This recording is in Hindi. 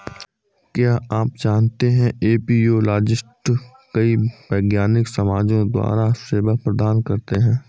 क्या आप जानते है एपियोलॉजिस्ट कई वैज्ञानिक समाजों द्वारा सेवा प्रदान करते हैं?